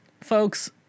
Folks